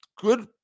good